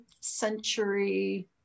century